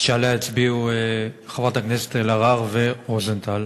שעליה הצביעו חברת הכנסת אלהרר ורוזנטל.